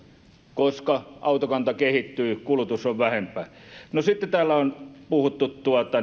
koska autokanta kehittyy ja kulutus on vähempää no sitten täällä on puhuttu